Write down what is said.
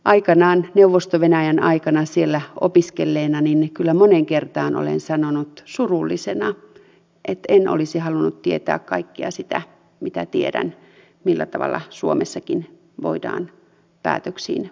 aikanaan neuvosto venäjän aikana siellä opiskelleena kyllä moneen kertaan olen sanonut surullisena että en olisi halunnut tietää kaikkea sitä mitä tiedän siitä millä tavalla suomessakin voidaan päätöksiin vaikuttaa